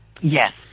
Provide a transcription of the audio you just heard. Yes